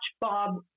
bob